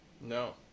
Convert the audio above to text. No